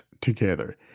together